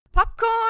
Popcorn